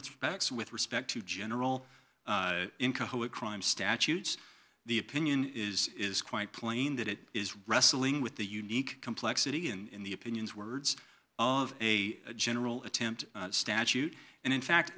facts with respect to general crime statutes the opinion is is quite plain that it is wrestling with the unique complexity and in the opinions words of a general attempt statute and in fact